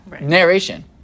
narration